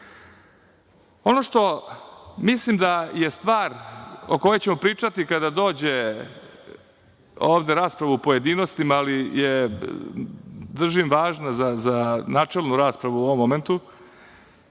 što mislim da je stvar o kojoj ćemo pričati kada dođe ovde rasprava u pojedinostima, ali je držim važno za načelnu raspravu u ovom momentu,